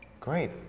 great